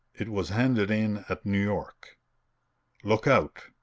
it was handed in at new york look out!